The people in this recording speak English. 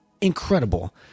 incredible